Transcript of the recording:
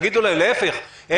להיפך,